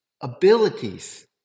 abilities